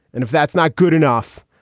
and if that's not good enough,